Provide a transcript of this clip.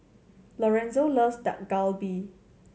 Lorenzo loves Dak Galbi